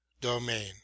domain